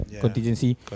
contingency